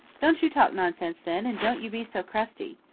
don't you talk nonsense then, and don't you be so crusty.